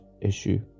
issue